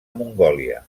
mongòlia